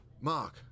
Mark